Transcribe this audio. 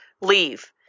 Leave